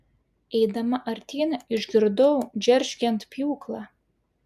eidama artyn išgirdau džeržgiant pjūklą